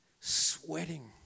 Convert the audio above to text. sweating